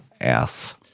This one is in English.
ass